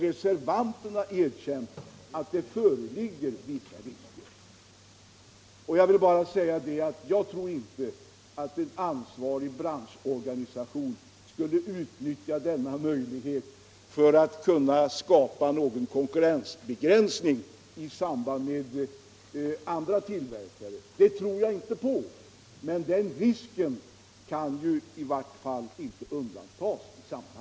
reservanterna erkänt att det föreligger viss risk därför. Jag tror inte att en ansvarig branschorganisation skulle utnyttja denna möjlighet för att skapa konkurrensbegränsning i förhållande till andra tillverkare. Men man kan inte bortse från den risken.